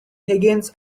higgins